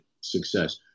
success